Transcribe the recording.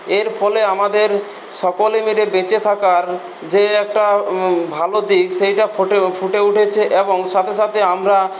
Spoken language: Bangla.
এর ফলে আমাদের সকলে মিলে বেঁচে থাকার যে একটা ভালো দিক সেটা ফোটে ফুটে উঠেছে এবং সাথে সাথে আমরা